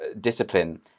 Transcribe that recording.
discipline